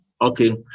okay